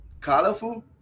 colorful